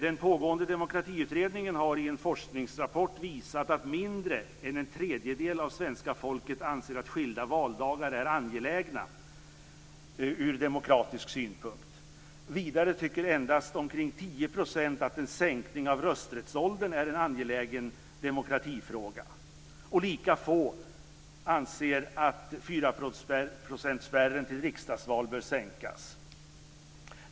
Den pågående demokratiutredningen har i en forskningsrapport visat att mindre än en tredjedel av svenska folket anser att skilda valdagar är angelägna ur demokratisk synpunkt. Vidare tycker endast omkring 10 % att en sänkning av rösträttsåldern är en angelägen demokratifråga. Lika få anser att 4-procentsspärren vid riksdagsval bör sänkas.